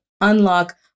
unlock